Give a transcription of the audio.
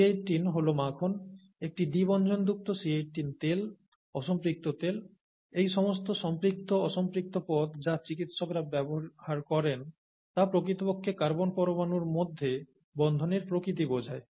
C18 হল মাখন একটি দ্বিবন্ধনযুক্ত C18 তেল অসম্পৃক্ত তেল এই সমস্ত সম্পৃক্ত অসম্পৃক্ত পদ যা চিকিৎসকরা ব্যবহার করেন তা প্রকৃতপক্ষে কার্বন পরমাণুর মধ্যে বন্ধনের প্রকৃতি বোঝায়